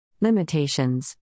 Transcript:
Limitations